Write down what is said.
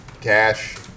cash